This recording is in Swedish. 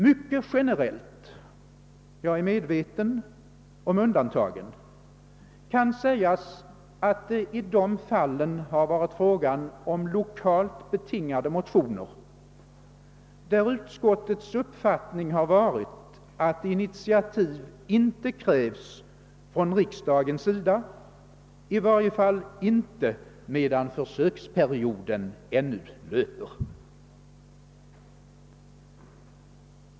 Mycket generellt — jag är medveten om undantagen — kan sägas att det i de fallen har varit fråga om lokalt betingade motioner, där utskottets uppfattning har varit att initiativ inte krävs från riksdagens sida, i varje fall inte medan försöksperioden ännu löper.